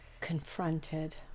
confronted